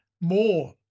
more